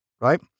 right